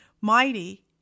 Mighty